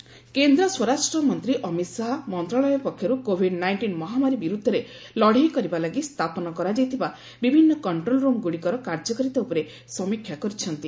ଅମିତ ଶାହା ସମୀକ୍ଷା କେନ୍ଦ୍ର ସ୍ୱରାଷ୍ଟ୍ରମନ୍ତ୍ରୀ ଅମିତ ଶାହା ମନ୍ତ୍ରଣାଳୟ ପକ୍ଷରୁ କୋଭିଡ୍ ନାଇଷ୍ଟିନ୍ ମହାମାରୀ ବିରୁଦ୍ଧରେ ଲଢ଼େଇ କରିବା ଲାଗି ସ୍ଥାପନ କରାଯାଇଥିବା ବିଭିନ୍ନ କଣ୍ଟ୍ରୋଲରୁମ୍ଗୁଡ଼ିକର କାର୍ଯ୍ୟକାରିତା ଉପରେ ସମୀକ୍ଷା କରିଛନ୍ତି